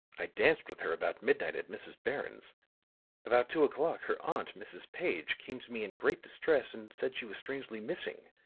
i danced with her about midnight at mrs. barron's about two o'clock her aunt, mrs. page, came to me in great distress and said she was strangely missing.